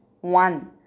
one